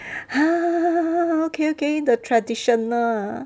!huh! ah okay okay the traditional ah